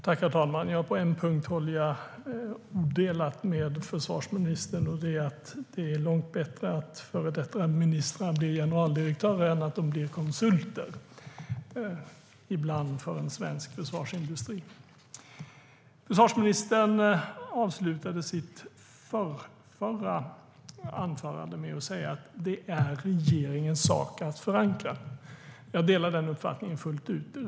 Herr talman! På en punkt håller jag odelat med försvarsministern. Det är långt bättre att före detta ministrar blir generaldirektörer än att de blir konsulter, ibland för en svensk försvarsindustri. Försvarsministern avslutade sitt förrförra anförande med att säga att det är regeringens sak att förankra. Jag delar den uppfattningen fullt ut.